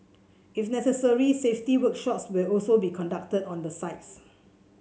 if necessary safety workshops will also be conducted on the sites